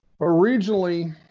originally